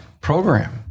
program